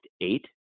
eight